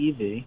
EV